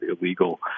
illegal